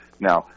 Now